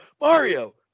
Mario